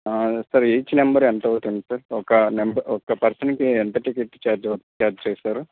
sir each member ఎంత అవుతుంది sir ఒక మెంబర్ ఒక పర్సన్కి ఎంత టికెట్ ఛార్జ్ అవ్ ఛార్జ్ చేస్తారు